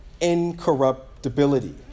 incorruptibility